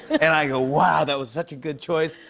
and i go, wow. that was such a good choice.